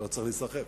לא צריך להיסחף.